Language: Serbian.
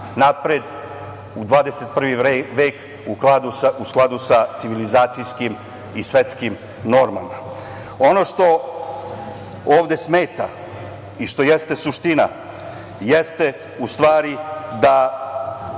napred u 21. vek u skladu sa civilizacijskim i svetskim normama. Ono što ovde smeta i što jeste suština, jeste u stvari da